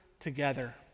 together